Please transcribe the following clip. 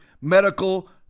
medical